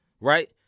right